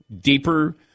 deeper